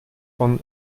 von